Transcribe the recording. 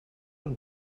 und